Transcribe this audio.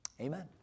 Amen